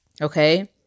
Okay